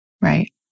Right